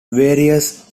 various